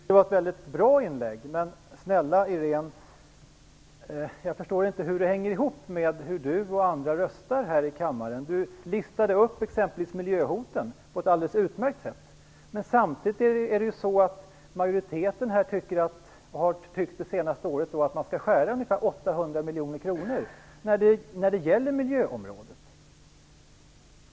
Fru talman! Jag tycker att detta var ett mycket bra inlägg. Men, snälla Iréne Vestlund, jag förstår inte hur det hänger ihop med hur ni röstar här i kammaren. Iréne Vestlund listade t.ex. upp miljöhoten på ett alldeles utmärkt sätt, men samtidigt har majoriteten det senaste året tyckt att man skall skära ner med ungefär 800 miljoner kronor på miljöområdet.